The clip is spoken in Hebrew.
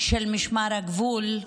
של משמר הגבול.